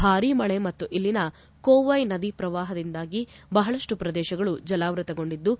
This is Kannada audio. ಭಾರಿ ಮಳೆ ಮತ್ತು ಇಲ್ಲಿನ ಕೋವೈ ನದಿ ಪ್ರವಾಹದಿಂದಾಗಿ ಬಹಳಷ್ಟು ಪ್ರದೇಶಗಳು ಜಲಾವೃತಗೊಂಡಿದ್ದು